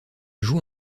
joue